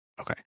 Okay